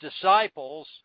disciples